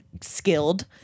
skilled